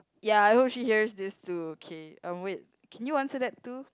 ya I hope she hears this too okay um wait can you answer that too